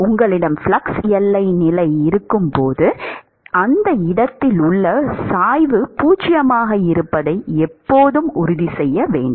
உங்களிடம் ஃப்ளக்ஸ் எல்லை நிலை இருக்கும் போது அந்த இடத்திலுள்ள சாய்வு பூஜ்ஜியமாக இருப்பதை எப்போதும் உறுதி செய்ய வேண்டும்